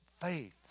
faith